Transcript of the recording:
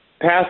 pass